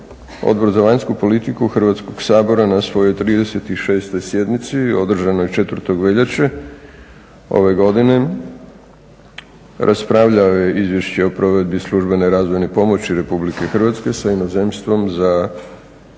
Odbor za vanjsku politiku Hrvatskog sabora na svojoj 36. sjednici, održanoj 04. veljače ove godine raspravljao je o izvješću o provedbi službene razvojne pomoći RH sa inozemstvom za